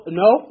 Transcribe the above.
no